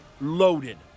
loaded